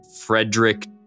Frederick